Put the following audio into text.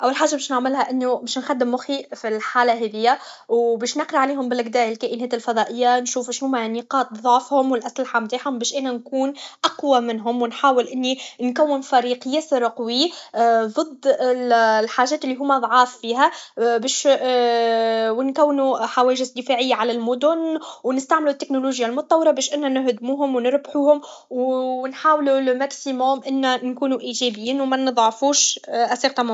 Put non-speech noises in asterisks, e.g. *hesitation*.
اول حاجه بش نعملها باش نخدم مخي فالحاله هذي و باش نقرا عليهم بلجدا الكائنات الفضائيه نشوف شنهما نقاط ضعفهم و الاسلخه نتاعهم باش نكون انا اقوى منهم و نحاول اني نكون فريق ياسر قوي ضد الحاجات لي هما ضعاف فيها باش *hesitation* و نكونو حواجز دفاعيه على المدن و نستعملو التكنولوجيا المطوره بش انا نهدموهم و نربحوهم *hesitation* و نحاولو لماكسيموم انا نكونو ايجابيين و منضعفوش ان سارتان مومون